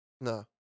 No